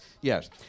Yes